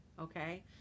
okay